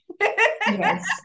Yes